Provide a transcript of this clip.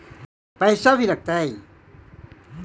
पैसा भी लगतय?